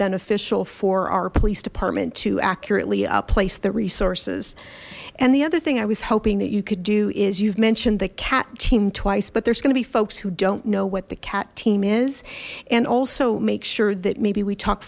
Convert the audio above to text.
beneficial for our police department to accurately place the resources and the other thing i was hoping that you could do is you've mentioned the cat team twice but there's gonna be folks who don't know what the cat team is and also make sure that maybe we talk